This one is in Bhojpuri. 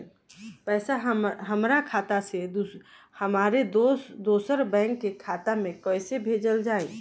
पैसा हमरा खाता से हमारे दोसर बैंक के खाता मे कैसे भेजल जायी?